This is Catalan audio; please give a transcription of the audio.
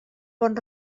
bon